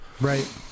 Right